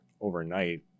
overnight